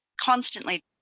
constantly